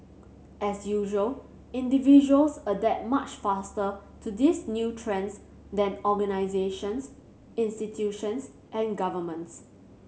as usual individuals adapt much faster to these new trends than organisations institutions and governments